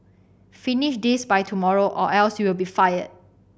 finish this by tomorrow or else you'll be fired